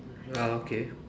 uh okay